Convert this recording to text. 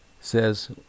says